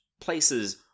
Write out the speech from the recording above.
places